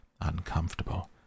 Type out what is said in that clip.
Uncomfortable